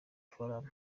forum